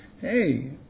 hey